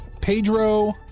Pedro